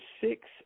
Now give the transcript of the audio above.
six